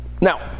Now